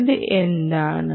ഇത് എന്താണ്